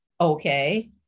Okay